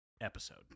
episode